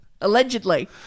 allegedly